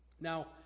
Now